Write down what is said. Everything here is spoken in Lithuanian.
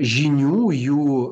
žinių jų